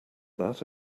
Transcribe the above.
that